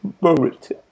moment